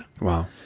Wow